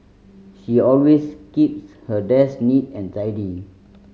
she always keeps her desk neat and tidy